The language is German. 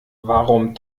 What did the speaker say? warum